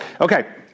Okay